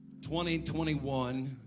2021